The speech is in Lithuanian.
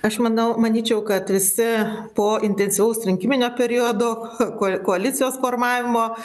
aš manau manyčiau kad visi po intensyvaus rinkiminio periodo k ko koalicijos formavimo